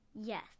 Yes